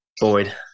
Boyd